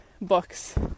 books